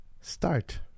start